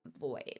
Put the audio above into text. void